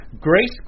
grace